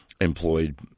employed